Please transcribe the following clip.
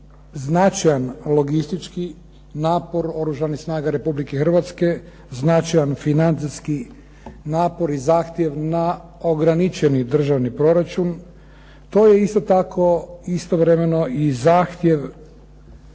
značajan logistički napor Oružanih snaga Republike Hrvatske, značajan financijski napor i zahtjev na ograničeni državni proračun. To je isto tako istovremeno i zahtjev